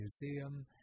Museum